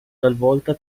talvolta